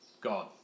God